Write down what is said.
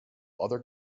other